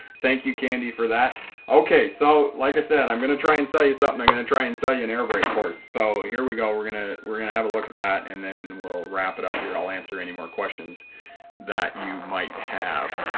thank you candy for that okay so like i said i'm gonna try and sell you so something i'm gonna try and sell you an airbrake course so here we go we're gonna we're gonna have a look at that and then we'll wrap it up here i'll answer any more questions that you might have